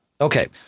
Okay